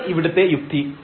ഇതാണ് ഇവിടുത്തെ യുക്തി